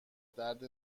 درد